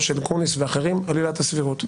של גרוניס ואחרים על עילת הסבירות,